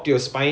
ya